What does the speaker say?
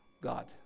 God